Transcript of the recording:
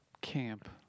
Camp